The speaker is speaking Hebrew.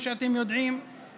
כמו שאתם יודעים,